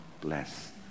bless